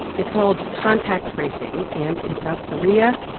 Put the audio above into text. it's called contact tracing. and in south korea,